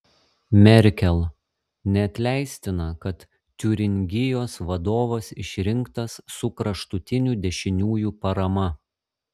merkel neatleistina kad tiuringijos vadovas išrinktas su kraštutinių dešiniųjų parama